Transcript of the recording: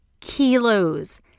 kilos